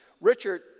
Richard